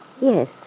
Yes